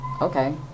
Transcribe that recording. okay